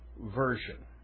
version